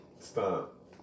Stop